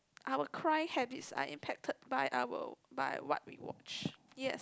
I were cry habits I impacted by I were by what we watch yes